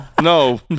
No